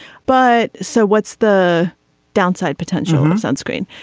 but so what's the downside potential sunscreen.